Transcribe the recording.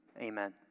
Amen